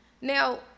Now